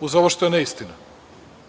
uz ovo što je neistina. Ako